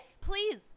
please